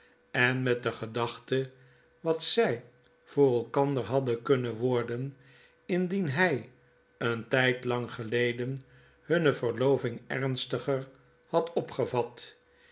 en met de gedachte wat zy voor elkander hadden kunnen worden indien hij een tijdlang geleden hunne verloving ernstiger had opgevat